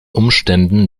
umständen